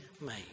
made